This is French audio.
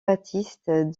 baptiste